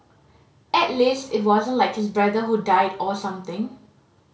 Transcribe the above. at least it wasn't like his brother who died or something